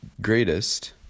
greatest